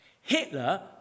Hitler